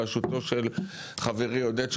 בראשות חברי עודד,